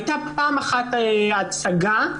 פעם אחת הייתה הצגה.